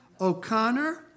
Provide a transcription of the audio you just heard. O'Connor